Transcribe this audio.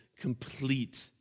complete